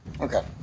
Okay